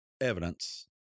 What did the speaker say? evidence